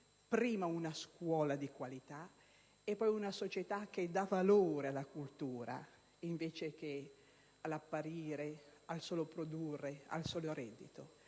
prima una scuola di qualità e poi una società che dà valore alla cultura invece che all'apparire, al solo produrre e al solo reddito?